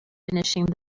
finishing